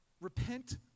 Repent